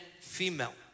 female